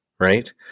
Right